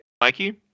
Mikey